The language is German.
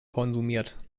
konsumiert